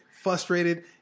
frustrated